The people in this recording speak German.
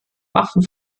waffen